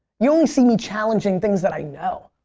you only see me challenging things that i know.